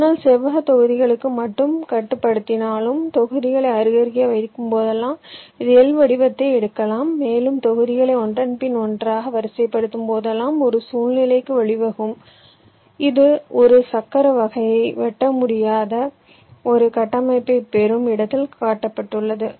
ஆனால் செவ்வகத் தொகுதிகளுக்கு மட்டும் கட்டுப்படுத்தினாலும் தொகுதிகளை அருகருகே வைக்கும்போதெல்லாம் இது L வடிவத்தை எடுக்கலாம் மேலும் தொகுதிகளை ஒன்றன் பின் ஒன்றாக வரிசைப்படுத்தும்போதெல்லாம் ஒரு சூழ்நிலைக்கு வழிவகுக்கும் இது ஒரு சக்கர வகையை வெட்ட முடியாத ஒரு கட்டமைப்பைப் பெறும் இடத்தில் காட்டப்பட்டுள்ளது